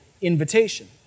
invitation